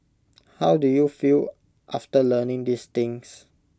how do you feel after learning these things